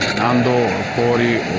nando, cory,